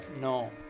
No